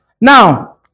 Now